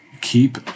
keep